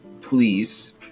please